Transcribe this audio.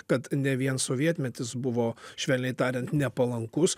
kad ne vien sovietmetis buvo švelniai tariant nepalankus